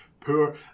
poor